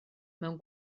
mewn